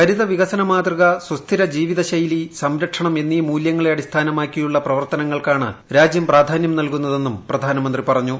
ഹരിത വികസന മാതൃക സുസ്ഥിര ജീവിതശൈലി സംരക്ഷണം എന്നീ മൂല്യങ്ങളെ അടിസ്ഥാനമാക്കിയുള്ള പ്രവർത്തനങ്ങൾക്കാണ് രാജ്യം പ്രാധാന്യം നൽകുന്നതെന്നും പ്രധാനമന്ത്രി പറഞ്ഞു